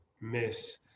miss